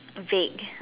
vague